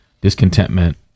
Discontentment